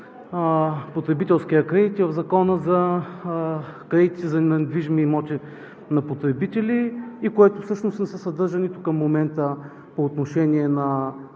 потребителския кредит и в Закона за кредитите за недвижими имоти на потребители и което всъщност не се съдържа нито към момента по отношение на